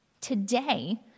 Today